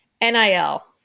NIL